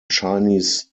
chinese